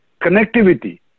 connectivity